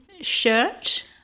shirt